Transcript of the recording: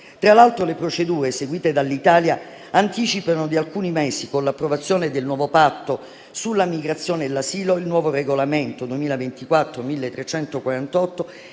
Tra l'altro, le procedure seguite dall'Italia anticipano di alcuni mesi, con l'approvazione del nuovo Patto sulla migrazione e l'asilo, il nuovo regolamento UE 2024/1348